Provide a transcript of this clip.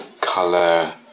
color